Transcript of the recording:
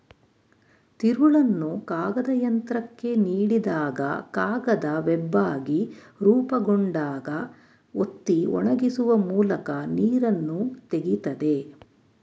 ತಿರುಳನ್ನು ಕಾಗದಯಂತ್ರಕ್ಕೆ ನೀಡಿದಾಗ ಕಾಗದ ವೆಬ್ಬಾಗಿ ರೂಪುಗೊಂಡಾಗ ಒತ್ತಿ ಒಣಗಿಸುವ ಮೂಲಕ ನೀರನ್ನು ತೆಗಿತದೆ